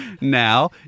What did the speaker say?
now